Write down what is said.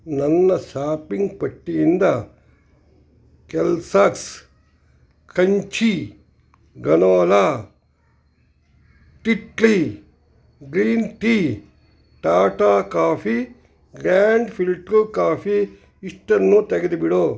ನನ್ನ ಸಾಪಿಂಗ್ ಪಟ್ಟಿಯಿಂದ Kellogg's crunchy granola Tetley green tea Tata coffee grand filter coffee ಇಷ್ಟನ್ನೂ ತೆಗೆದು ಬಿಡು